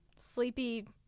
Sleepy